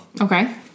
okay